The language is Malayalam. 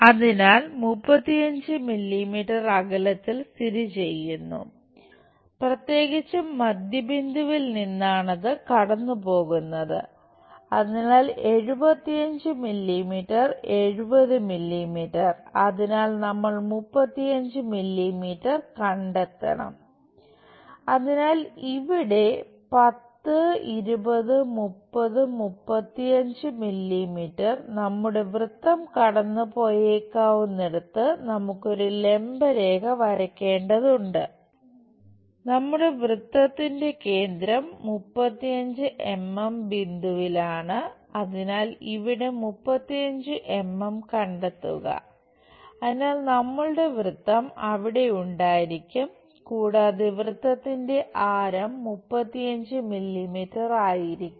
അതിനാൽ നമ്മൾ 35 മില്ലീമീറ്റർ കണ്ടെത്തണം അതിനാൽ ഇവിടെ 10 20 30 35 മില്ലീമീറ്റർ നമ്മുടെ വൃത്തം കടന്നു പോയേക്കാവുന്നിടത്ത് നമുക്ക് ഒരു ലംബരേഖ വരക്കേണ്ടതുണ്ട് നമ്മുടെ വൃത്തത്തിന്റെ കേന്ദ്രം 35 എംഎം ആയിരിക്കാം